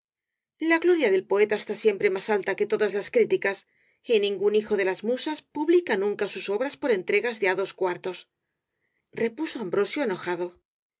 la gloria del poeta está siempre más alta que todas las críticas y ningún hijo de las musas publica tomo i v s rosalía de castro nunca sus obras por entregas de á dos cuartos repuso ambrosio enojado